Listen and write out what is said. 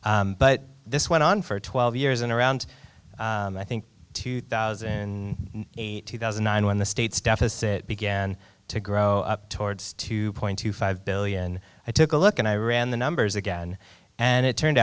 but this went on for twelve years and around i think two thousand and eight two thousand and nine when the states deficit began to grow up towards two point two five billion i took a look and i ran the numbers again and it turned